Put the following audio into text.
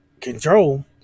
control